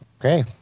Okay